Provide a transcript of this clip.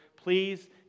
Please